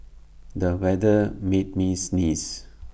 the weather made me sneeze